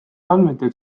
andmetel